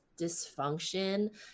dysfunction